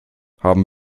haben